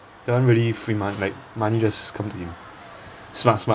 that one really free mon~ like money just come to him smart smart